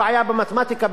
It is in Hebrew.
שאתה אומר: